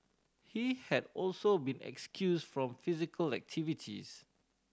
he had also been excused from physical activities